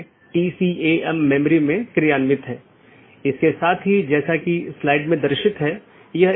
इसका मतलब है यह चीजों को इस तरह से संशोधित करता है जो कि इसके नीतियों के दायरे में है